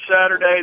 Saturday